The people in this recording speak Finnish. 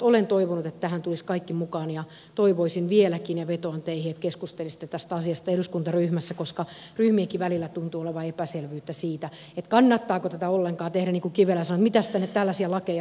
olen toivonut että tähän tulisivat kaikki mukaan ja toivoisin vieläkin ja vetoan teihin että keskustelisitte tästä asiasta eduskuntaryhmässä koska ryhmienkin välillä tuntuu olevan epäselvyyttä siitä kannattaako tätä ollenkaan tehdä niin kuin kivelä sanoi että mitäs tänne tällaisia lakeja tuomaan